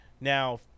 now